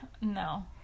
No